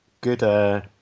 good